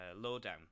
Lowdown